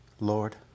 Lord